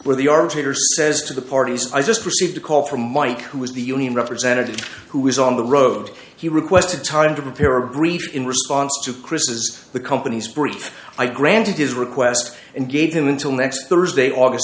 where the arbitrator says to the parties i just received a call from mike who is the union representative who is on the road he requested time to prepare a grief in response to chris's the company's brief i granted his request and gave them until next thursday august